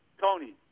Tony